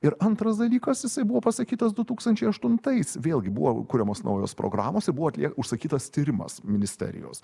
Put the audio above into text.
ir antras dalykas jisai buvo pasakytas du tūkstančiai aštuntais vėlgi buvo kuriamos naujos programos ir buvo atlie užsakytas tyrimas ministerijos